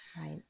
Right